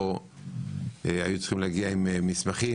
הם היו צריכים להגיע עם מסמכים,